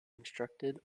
instructed